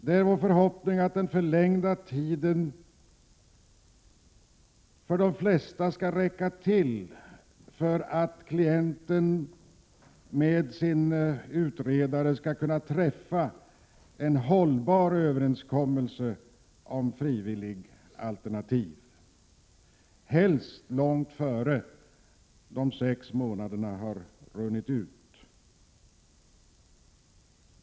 Det är vår förhoppning att den förlängda tiden skall räcka till för de flesta, för att klienten med sin utredare skall kunna träffa en hållbar överenskommelse om frivillig alternativ, helst långt innan de sex månaderna har runnit ut.